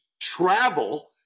travel